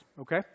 okay